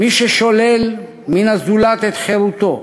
מי ששולל מן הזולת את חירותו,